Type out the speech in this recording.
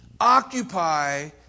Occupy